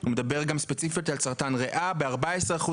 הוא מדבר גם ספציפי על סרטן הריאה ב- 14%,